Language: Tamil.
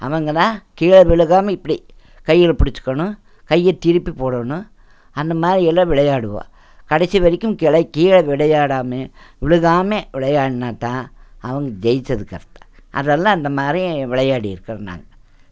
அவங்கதான் கீழே விழுகாம இப்படி கையில் பிடிச்சிக்கணும் கையை திருப்பி போடணும் அந்த மாதிரி எல்லாம் விளையாடுவோம் கடைசி வரைக்கும் கெல கீழே விளையாடாம விழுக்காம விளையாடினாதான் அவங்க ஜெயித்ததுக்கு அர்த்தம் அதெல்லாம் அந்த மாதிரி விளையாடி இருக்கிறோம் நாங்கள்